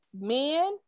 men